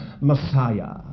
Messiah